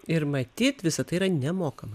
ir matyt visa tai yra nemokama